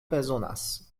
bezonas